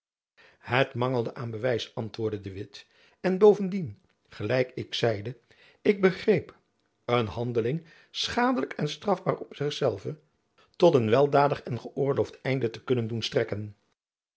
het mangelde aan bewijs antwoordde de witt en bovendien gelijk ik zeide ik begreep een handeling schadelijk en strafbaar op zich zelve tot een weldadig en geöorloofd einde te kunnen doen strekken